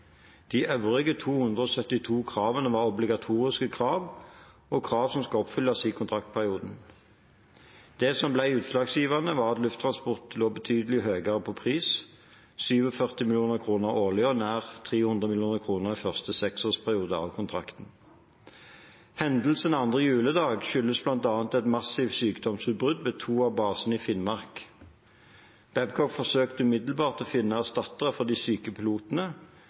De øvrige 272 kravene var obligatoriske krav, og krav som skal oppfylles i kontraktsperioden. Det som ble utslagsgivende, var at Lufttransport lå betydelig høyere på pris: 47 mill. kr årlig, eller nær 300 mill. kr i første seksårsperiode av kontrakten. Hendelsen 2. juledag skyldtes bl.a. et massivt sykdomsutbrudd ved de to basene i Finnmark. Babcock forsøkte umiddelbart å finne erstattere for de syke pilotene,